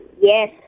Yes